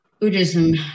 Buddhism